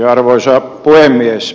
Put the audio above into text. arvoisa puhemies